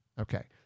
Okay